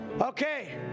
Okay